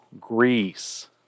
Greece